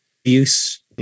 Abuse